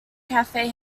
cafe